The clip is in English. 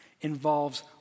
involves